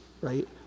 right